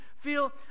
feel